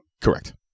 Correct